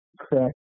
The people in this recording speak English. Correct